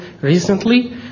recently